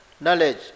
knowledge